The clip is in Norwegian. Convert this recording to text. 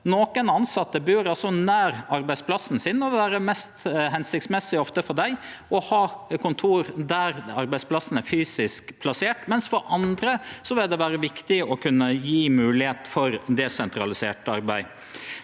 Nokre tilsette bur nær arbeidsplassen sin, og det vil ofte vere mest hensiktsmessig for dei å ha kontor der arbeidsplassen er fysisk plassert. For andre vil det vere viktig å kunne gje moglegheit for desentralisert arbeid.